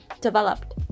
developed